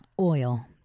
oil